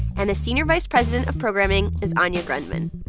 and the senior vice president of programming is anya grundmann.